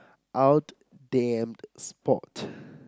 out damn sport